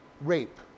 rape